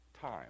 time